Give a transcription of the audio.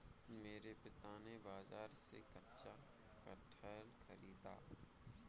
मेरे पिता ने बाजार से कच्चा कटहल खरीदा